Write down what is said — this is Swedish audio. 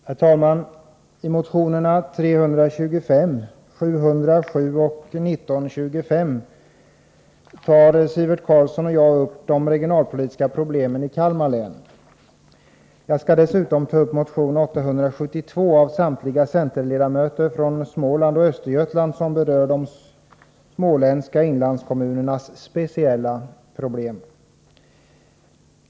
Herr talman! I motionerna 325, 707 och 1925 tar Sivert Carlsson och jag upp de regionalpolitiska problemen i Kalmar län. Jag skall dessutom ta upp motion 872 av samtliga centerledamöter från Småland och Östergötland, som berör de småländska inlandskommunernas speciella problem.